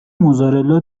موزارلا